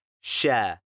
share